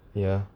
ya